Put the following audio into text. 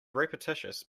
repetitious